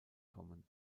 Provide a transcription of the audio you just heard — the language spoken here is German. kommen